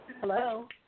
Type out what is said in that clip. Hello